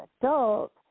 adult